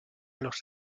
los